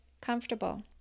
comfortable